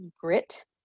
grit